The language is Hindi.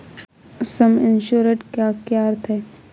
सम एश्योर्ड का क्या अर्थ है?